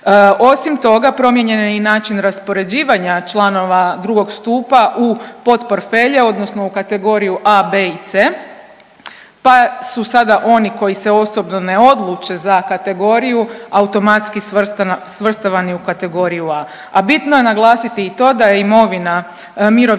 Osim toga promijenjen je i način raspoređivanja članova drugog stupa u potporfelje odnosno u kategoriju A, B i C, pa su sada oni koji se osobno ne odluče za kategoriju automatski svrstavani u kategoriju A. A bitno je naglasiti i to da je imovina mirovinskih